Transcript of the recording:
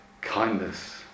kindness